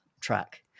track